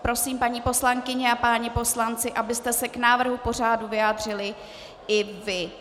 Prosím, paní poslankyně a páni poslanci, abyste se k návrhu pořadu vyjádřili i vy.